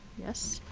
yes?